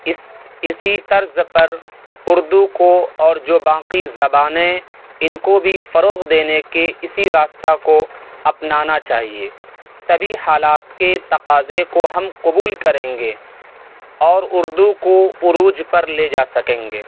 اس اسی طرز پر اردو کو اور جو باقی زبانیں ان کو بھی فروغ دینے کے اسی راستہ کو اپنانا چاہیے تبھی حالات کے تقاضے کو ہم قبول کریں گے اور اردو کو عروج پر لے جا سکیں گے